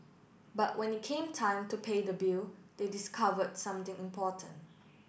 but when it came time to pay the bill they discovered something important